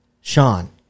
Sean